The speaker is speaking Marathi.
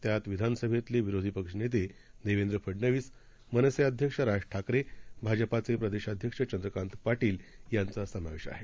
त्यातविधासभेतलेविरोधीपक्षनेतेदेवेंद्रफडनवीस मनसेअध्यक्षराजठाकरे भाजपाचेप्रदेशध्यक्षचंद्रकांतपाटीलयांचासमावेशआहे